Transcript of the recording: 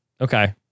Okay